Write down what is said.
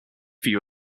view